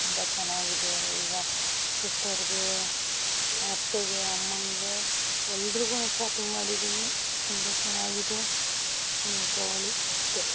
ತುಂಬ ಚೆನ್ನಾಗಿದೆ ಈಗ ಸಿಸ್ಟರಿಗೆ ಅತ್ತೆಗೆ ಅಮ್ಮನಿಗೆ ಎಲ್ರುಗೂ ಶಾಪಿಂಗ್ ಮಾಡಿದ್ದೀನಿ ತುಂಬ ಚೆನ್ನಾಗಿದೆ ನೀವೂ ತಗೋಳಿ ಅಷ್ಟೆ